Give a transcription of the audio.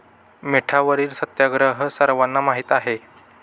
मिठावरील सत्याग्रह सर्वांना माहीत आहे